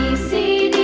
see